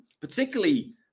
particularly